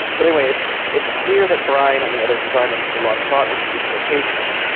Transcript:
but anyway, it's it's clear that brian and the other designers put a lot of thought into each location.